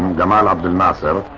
gamal abdel nasser,